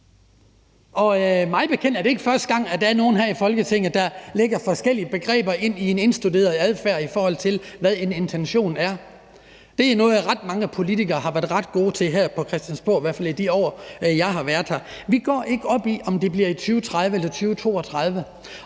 Og mig bekendt er det ikke første gang, at der er nogle her i Folketinget, der lægger forskellige begreber ind i en indstuderet adfærd, i forhold til hvad en intention er. Det er noget, ret mange politikere har været ret gode til her på Christiansborg, i hvert fald i de år, jeg har været her. Vi går ikke op i, om det bliver i 2030 eller i 2032,